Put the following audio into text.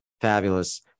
Fabulous